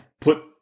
put